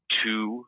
two